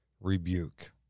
rebuke